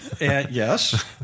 Yes